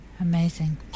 amazing